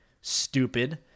stupid